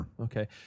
Okay